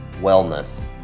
wellness